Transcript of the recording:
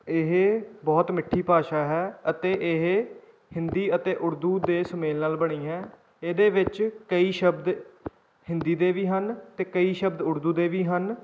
ਇਹ ਬਹੁਤ ਮਿੱਠੀ ਭਾਸ਼ਾ ਹੈ ਅਤੇ ਇਹ ਹਿੰਦੀ ਅਤੇ ਉਰਦੂ ਦੇ ਸੁਮੇਲ ਨਾਲ ਬਣੀ ਹੈ ਇਹਦੇ ਵਿੱਚ ਕਈ ਸ਼ਬਦ ਹਿੰਦੀ ਦੇ ਵੀ ਹਨ ਅਤੇ ਕਈ ਸ਼ਬਦ ਉਰਦੂ ਦੇ ਵੀ ਹਨ